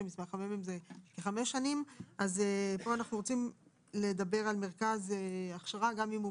כאן אנחנו רוצים לדבר על מרכז הכשרה גם אם הוא